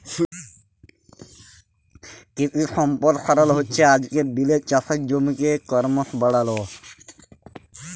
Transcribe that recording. কিশি সম্পরসারল হচ্যে আজকের দিলের চাষের জমিকে করমশ বাড়াল